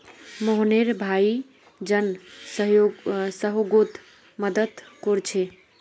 मोहनेर भाई जन सह्योगोत मदद कोरछे